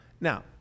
Now